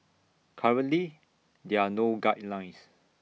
currently there are no guidelines